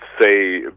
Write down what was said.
say